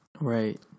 Right